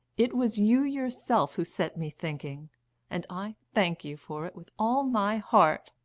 it was you yourself who set me thinking and i thank you for it with all my heart.